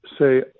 say